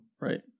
Right